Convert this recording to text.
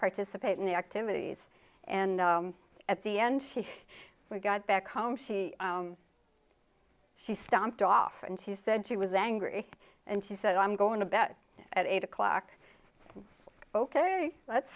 participate in the activities and at the end she got back home she she stomped off and she said she was angry and she said i'm going to bed at eight o'clock ok that's